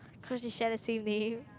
cause we share the same name